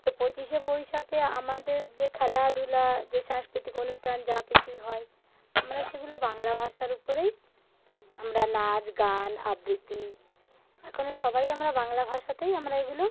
তো পঁচিশে বৈশাখে আমাদের যে খেলাধূলা যে সাংস্কৃতিক অনুষ্ঠান যা কিছুই হয় আমরা সেগুলো বাংলা ভাষার উপরেই আমরা নাচ গান আবৃত্তি এখন সবাই আমরা বাংলা ভাষাতেই আমরা এগুলো